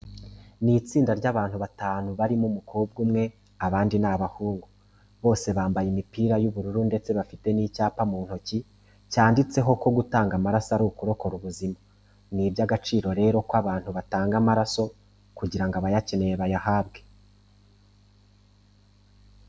Ni itsinda ry'abantu batanu harimo umukobwa umwe, abandi ni abahungu. Bose bambaye imipira y'ubururu ndetse bafite n'icyapa mu ntoki cyanditseho ko gutanga amaraso ari ukurokora ubuzima. Ni iby'agaciro rero ko abantu batanga amaraso kugira ngo abayakeneye bayahabwe.